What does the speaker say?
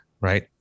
right